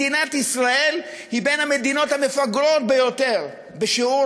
מדינת ישראל היא בין המדינות המפגרות ביותר בשיעור